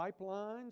pipelines